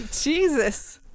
Jesus